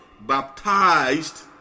baptized